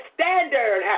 standard